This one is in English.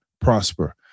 prosper